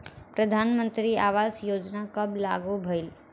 प्रधानमंत्री आवास योजना कब लागू भइल?